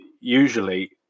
usually